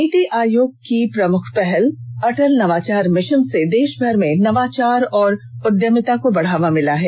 नीति आयोग की प्रमुख पहल अटल नवाचार मिशन से देशभर में नवाचार और उद्यमिता को बढ़ावा मिला है